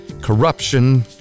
corruption